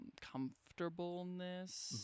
comfortableness